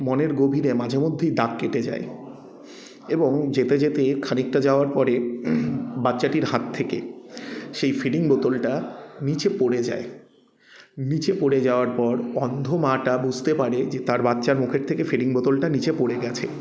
মনের গভীরে মাঝেমধ্যেই দাগ কেটে যায় এবং যেতে যেতে খানিকটা যাওয়ার পরে বাচ্চাটির হাত থেকে সেই ফিডিং বোতলটা নিচে পড়ে যায় নিচে পড়ে যাওয়ার পর অন্ধ মাটা বুঝতে পারে যে তার বাচ্চার মুখের থেকে ফিডিং বোতলটা নিচে পড়ে গেছে